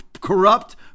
corrupt